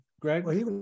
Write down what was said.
Greg